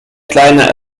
kleiner